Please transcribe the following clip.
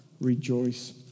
rejoice